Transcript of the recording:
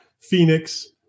Phoenix